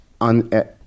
On